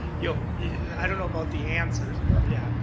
you know yeah i don't know about the answers, but, yeah,